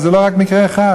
אבל זה לא רק מקרה אחד.